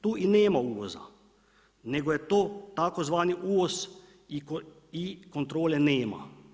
Tu i nema uvoza, nego je to tzv. uvoz i kontrole nema.